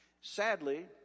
Sadly